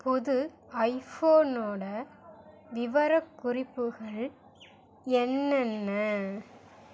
புது ஐஃபோனோட விவரக்குறிப்புகள் என்னென்ன